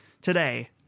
Today